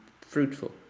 fruitful